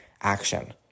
action